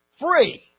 free